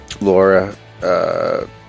Laura